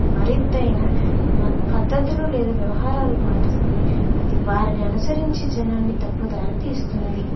మరిద్దైన మ పద్ధతులు లేదా వ్యవహారాలు పాటిస్తే అది వారిని అనుసరించే జనాన్ని తప్పు దారితీస్తుంది